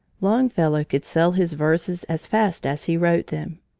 longfellow could sell his verses as fast as he wrote them.